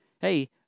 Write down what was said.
Hey